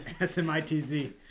S-M-I-T-Z